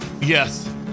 Yes